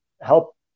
help